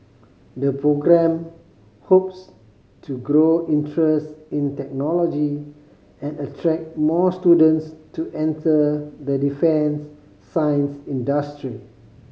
the programme hopes to grow interest in technology and attract more students to enter the defence science industry